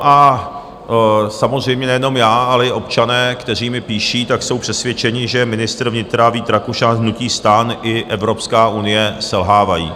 A samozřejmě nejenom já, ale i občané, kteří mi píší, jsou přesvědčeni, že ministr vnitra Vít Rakušan z hnutí STAN i Evropská unie selhávají.